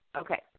okay